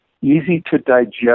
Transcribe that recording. easy-to-digest